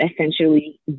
essentially